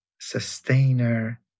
sustainer